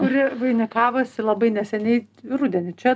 kuri vainikavosi labai neseniai rudenį čia